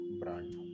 brand